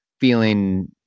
feeling